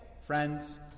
friends